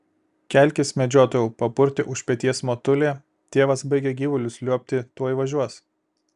kelkis medžiotojau papurtė už peties motulė tėvas baigia gyvulius liuobti tuoj važiuos